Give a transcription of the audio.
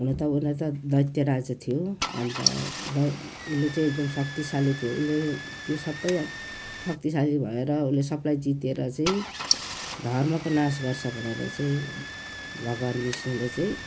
हुन त हुन त दैत्य राजा थियो अन्त दै उसले चाहिँ एकदम शक्तिशाली थियो उसले त्यो सबै शक्तिशाली भएर उसले सबलाई जितेर चाहिँ धर्मको नाश गर्छ भनेर चाहिँ भगवान विष्णुले चाहिँ